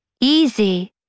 Easy